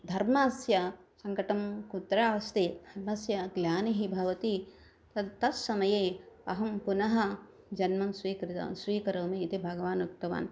धर्मस्य सङ्कटः कुत्र अस्ति धर्मस्य ग्लानिः भवति तद् तत्समये अहं पुनः जन्म स्वीकृतं स्वीकरोमि इति भगवान् उक्तवान्